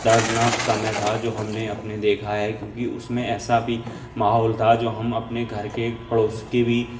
دردناک سمعے تھا جو ہم نے اپنے دیکھا ہے کیونکہ اس میں ایسا بھی ماحول تھا جو ہم اپنے گھر کے پڑوس کے بھی